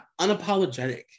Unapologetic